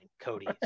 Cody